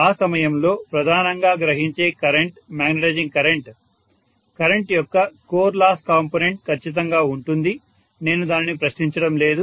ఆ సమయంలో ప్రధానంగా గ్రహించే కరెంట్ మాగ్నెటైజింగ్ కరెంట్ కరెంట్ యొక్క కోర్ లాస్ కాంపోనెంట్ ఖచ్చితంగా ఉంటుంది నేను దానిని ప్రశ్నించడం లేదు